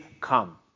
come